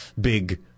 big